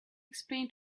explain